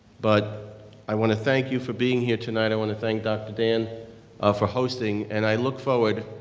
but i want to thank you for being here tonight. i want to thank dr. dan ah for hosting and i look forward,